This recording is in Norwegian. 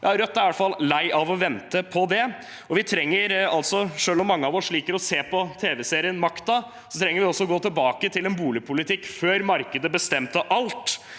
Rødt er i hvert fall lei av å vente på det. Selv om mange av oss liker å se på tv-serien Makta, trenger vi å gå tilbake til en boligpolitikk fra før markedet bestemte alt,